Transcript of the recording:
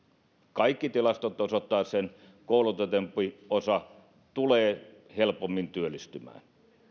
kaikki tilastot osoittavat sen että koulutetumpi osa tulee helpommin työllistymään